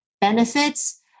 benefits